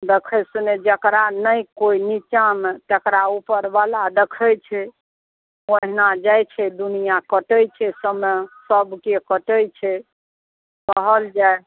देखै सुनै जकरा नहि कोइ नीचाँमे तकरा ऊपरवला देखै छै ओहिना जाइ छै दुनिआ कटै छै समय सभके कटै छै कहल जाइ